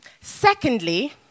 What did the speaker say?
Secondly